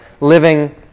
living